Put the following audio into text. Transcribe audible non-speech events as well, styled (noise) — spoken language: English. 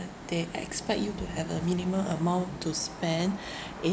they expect you to have a minimum amount to spend (breath)